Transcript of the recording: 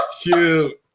Cute